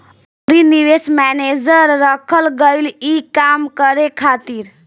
अउरी निवेश मैनेजर रखल गईल ई काम करे खातिर